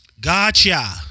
Gotcha